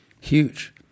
huge